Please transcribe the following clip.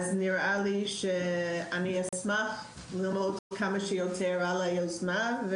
נראה לי שאני אשמח ללמוד כמה שיותר על היוזמה.